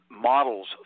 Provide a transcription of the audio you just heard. models